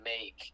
make